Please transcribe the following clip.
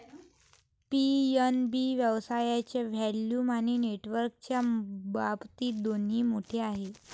PNB व्यवसायाच्या volume आणि नेटवर्कच्या बाबतीत दोन्ही मोठे आहे